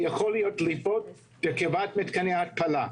ויכולות להיות דליפות בקרבת מתקני התפלה.